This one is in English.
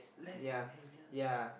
less than ten years